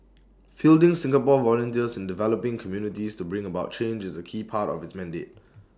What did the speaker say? fielding Singapore volunteers in developing communities to bring about change is A key part of its mandate